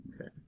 Okay